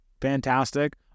fantastic